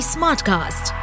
Smartcast